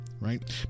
right